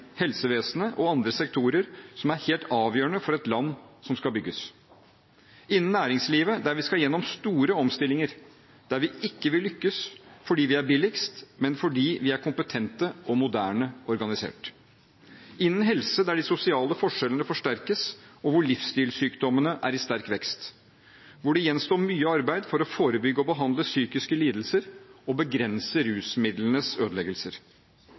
helsevesenet og andre sektorer, som er helt avgjørende for et land som skal bygges innen næringslivet, der vi skal gjennom store omstillinger, der vi ikke vil lykkes fordi vi er billigst, men fordi vi er kompetente og moderne organisert innen helse, der de sosiale forskjellene forsterkes, og der livsstilssykdommene er i sterk vekst, hvor det gjenstår mye arbeid for å forebygge og behandle psykiske lidelser og begrense rusmidlenes ødeleggelser